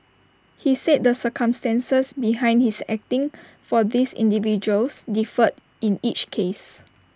he said the circumstances behind his acting for these individuals differed in each case